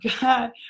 God